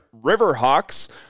Riverhawks